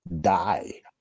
die